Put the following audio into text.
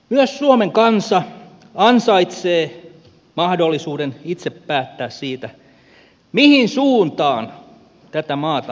myös suomen kansa ansaitsee mahdollisuuden itse päättää siitä mihin suuntaan tätä maata johdetaan